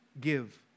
give